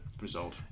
result